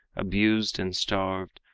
abused and starved,